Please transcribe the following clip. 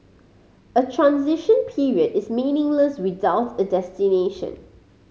a transition period is meaningless without a destination